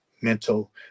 mental